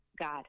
God